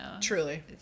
Truly